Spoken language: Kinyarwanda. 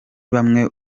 bamwe